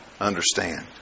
understand